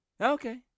Okay